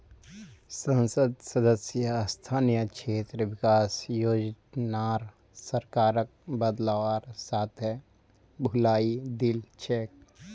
संसद सदस्य स्थानीय क्षेत्र विकास योजनार सरकारक बदलवार साथे भुलई दिल छेक